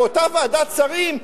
באותה ועדת שרים,